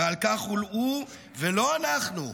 ועל כך לא הוא ולא אנחנו,